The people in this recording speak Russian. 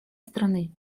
страны